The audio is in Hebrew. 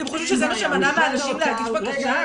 אתם חושבים שזה מה שמנע מאנשים להגיש בקשה?